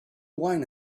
wine